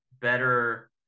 better